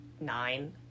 nine